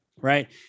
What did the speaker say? right